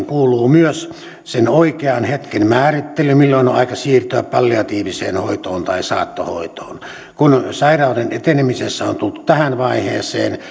kuuluu myös sen oikean hetken määrittely milloin on aika siirtyä palliatiiviseen hoitoon tai saattohoitoon kun sairauden etenemisessä on tultu tähän vaiheeseen